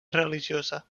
religiosa